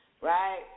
Right